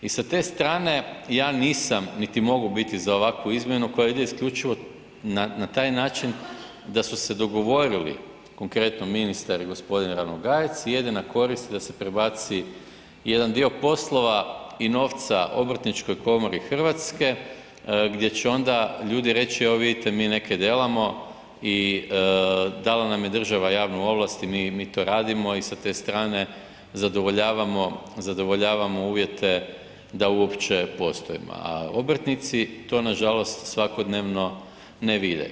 I sa te strane ja nisam, niti mogu biti za ovakvu izmjenu koja ide isključivo na taj način da su se dogovorili konkretno ministar i gospodin Ranogajec i jedina korist da se prebaci jedan dio poslova i novca obrtničkoj komori Hrvatske gdje će onda ljudi reći evo vidite mi nekaj delamo i dala nam je država javnu ovlast i mi to radimo i sa te strane zadovoljavamo uvjete da uopće postojimo, a obrtnici to nažalost svakodnevno ne vide.